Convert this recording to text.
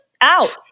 out